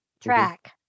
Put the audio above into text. track